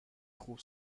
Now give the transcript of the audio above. خوب